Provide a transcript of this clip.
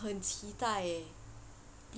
很期待 eh